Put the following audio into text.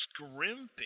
scrimpy